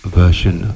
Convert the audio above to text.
version